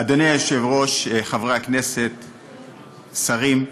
אדוני היושב-ראש, חברי הכנסת, שרים,